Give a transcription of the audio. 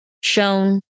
shown